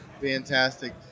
Fantastic